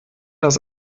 das